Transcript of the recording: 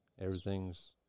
everything's